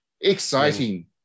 Exciting